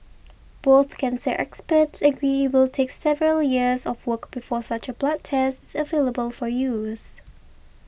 both cancer experts agree it will take several years of work before such a blood test is available for use